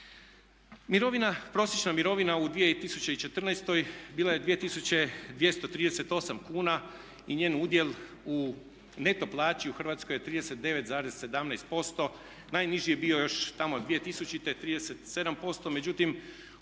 mirovini. Prosječna mirovina u 2014. bila je 2238 kuna i njen udjel u neto plaći u Hrvatskoj je 39,17%, najniži je bio još tamo 2000. 37%. Međutim,